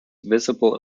visible